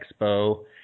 Expo